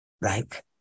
right